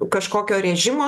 kažkokio režimo